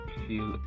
feel